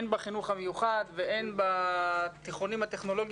הן בחינוך המיוחד והן בתיכונים הטכנולוגים